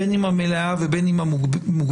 בין אם המלאה ובין אם המוגבלת,